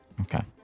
Okay